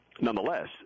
Nonetheless